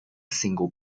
single